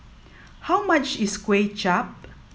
how much is Kway Chap